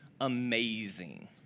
amazing